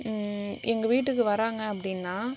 எங்கள் வீட்டுக்கு வராங்க அப்படின்னா